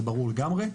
זה ברור לגמרי.